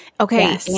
Okay